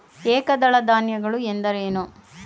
ಏಕದಳ ಧಾನ್ಯಗಳು ಎಂದರೇನು?